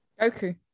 Goku